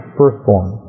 firstborn